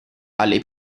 alle